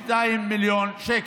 42 מיליון שקל.